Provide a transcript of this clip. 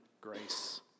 grace